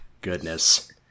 goodness